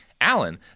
Alan